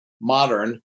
modern